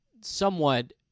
somewhat